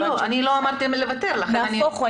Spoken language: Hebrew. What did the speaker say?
לא, לא אמרתי לוותר --- נהפוך הוא.